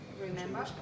remember